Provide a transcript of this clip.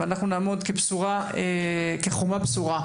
ונעמוד כחומה בצורה,